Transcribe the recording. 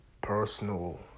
Personal